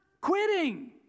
quitting